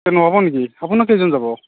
তাত নহ'ব নেকি আপোনালোক কেইজন যাব